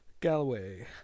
Galloway